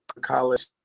college